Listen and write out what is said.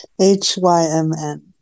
H-Y-M-N